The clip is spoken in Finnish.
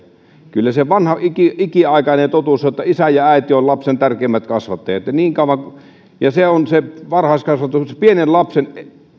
kyllä se vanha ikiaikainen totuus on että isä ja äiti ovat lapsen tärkeimmät kasvattajat ja se on se varhaiskasvatus pienen lapsen